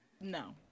No